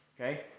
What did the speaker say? okay